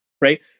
right